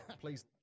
Please